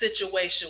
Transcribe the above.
situation